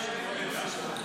שקרנים.